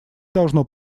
должно